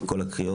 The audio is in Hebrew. נציגי כל הסיעות,